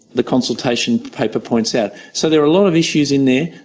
the consultation paper points out. so there are a lot of issues in there.